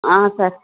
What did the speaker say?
sir